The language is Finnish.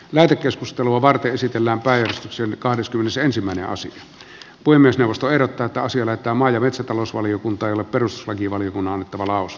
lähetekeskustelua varten esitellään päivystyksen kahdeskymmenesensimmäinen osan voi myös nousta erottaa tosi on että maa ja metsätalousvaliokunta ja perustuslakivaliokunnan vapaus